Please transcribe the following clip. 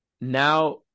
Now